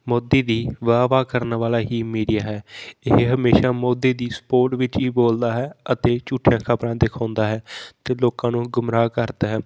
ਮੋਦੀ ਦੀ ਵਾਹ ਵਾਹ ਕਰਨ ਵਾਲਾ ਹੀ ਮੀਡੀਆ ਹੈ ਇਹ ਹਮੇਸ਼ਾਂ ਮੋਦੀ ਦੀ ਸਪੋਰਟ ਵਿੱਚ ਹੀ ਬੋਲਦਾ ਹੈ ਅਤੇ ਝੂਠੀਆਂ ਖਬਰਾਂ ਦਿਖਾਉਂਦਾ ਹੈ ਅਤੇ ਲੋਕਾਂ ਨੂੰ ਗੁੰਮਰਾਹ ਕਰਦਾ ਹੈ